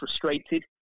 frustrated